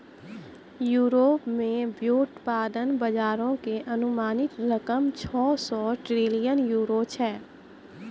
Europe मे व्युत्पादन बजारो के अनुमानित रकम छौ सौ ट्रिलियन यूरो छै